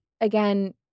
again